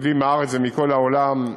יהודים מהארץ ומכל העולם,